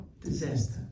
Disaster